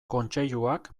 kontseiluak